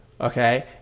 okay